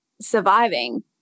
surviving